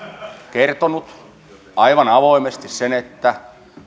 kertonut aivan avoimesti sen että